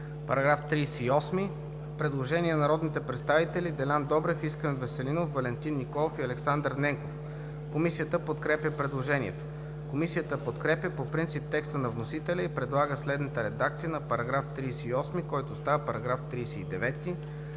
По § 38 има предложение на народните представители Делян Добрев, Искрен Веселинов, Валентин Николов и Александър Ненков. Комисията подкрепя предложението. Комисията подкрепя по принцип текста на вносителя и предлага следната редакция на § 38, който става § 39: „§ 39.